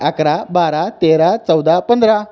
अकरा बारा तेरा चौदा पंधरा